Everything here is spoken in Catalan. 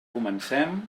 comencem